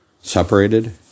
separated